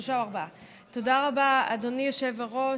תודה רבה, אדוני היושב-ראש.